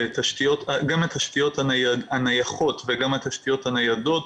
גם התשתיות הנייחות וגם התשתיות הניידות,